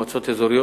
מועצות אזוריות,